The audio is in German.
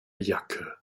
jacke